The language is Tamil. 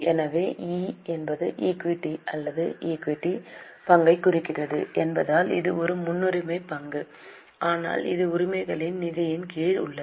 எனவே ஈ என்பது ஈக்விட்டி அல்ல ஈக்விட்டி பங்கை குறிக்கிறது என்பதால் இது ஒரு முன்னுரிமை பங்கு ஆனால் இது உரிமையாளர்களின் நிதியின் கீழ் உள்ளது